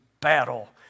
battle